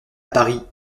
paris